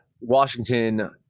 Washington